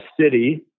city